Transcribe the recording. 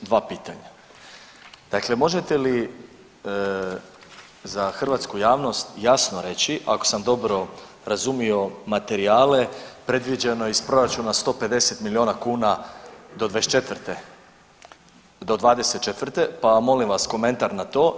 Dva pitanja, dakle možete li za hrvatsku javnost jasno reći, ako sam dobro razumio materijale predviđeno je iz proračuna 150 milijuna kuna do '24., pa molim vas komentar na to.